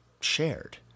shared